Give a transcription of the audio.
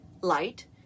light